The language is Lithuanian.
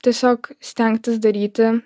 tiesiog stengtis daryti